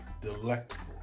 delectable